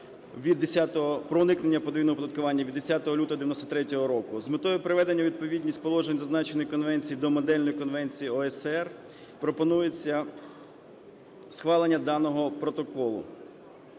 від 10… про уникнення подвійного оподаткування, від 10 лютого 1993 року. З метою приведення у відповідність положень зазначеної конвенції до Модельної конвенції ОЕСР пропонується схвалення даного протоколу.